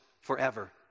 forever